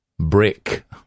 Brick